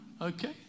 Okay